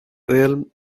realm